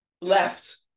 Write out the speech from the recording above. left